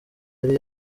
yari